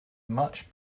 much